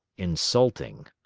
insulting.